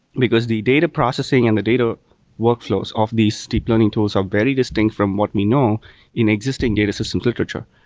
because the data processing and the data workflows of these deep learning tools are very distinct from what we know in existing data systems literature,